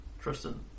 Tristan